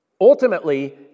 Ultimately